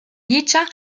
dicha